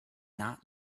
not